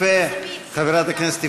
העמידה כמה שאלות גדולות,